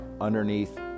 underneath